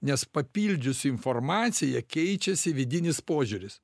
nes papildžius informaciją keičiasi vidinis požiūris